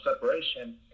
separation